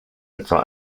etwa